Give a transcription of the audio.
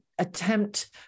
attempt